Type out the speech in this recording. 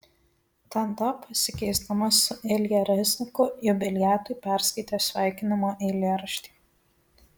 tada pasikeisdama su ilja rezniku jubiliatui perskaitė sveikinimo eilėraštį